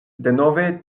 denove